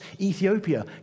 Ethiopia